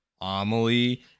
Amelie